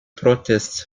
protests